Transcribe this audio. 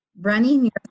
running